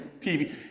TV